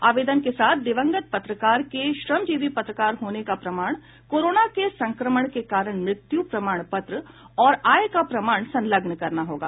आवेदन के साथ दिवंगत पत्रकार के श्रमजीवी पत्रकार होने का प्रमाण कोरोना के संक्रमण के कारण मृत्यु प्रमाण पत्र और आय का प्रमाण संलग्न करना होगा